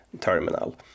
terminal